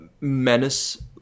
menace